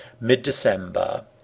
mid-December